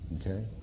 Okay